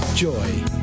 Joy